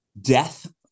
Death